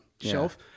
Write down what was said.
shelf